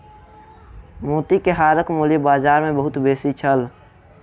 मोती के हारक मूल्य बाजार मे बहुत बेसी छल